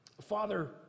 Father